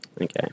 Okay